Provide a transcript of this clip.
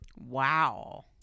Wow